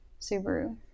Subaru